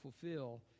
fulfill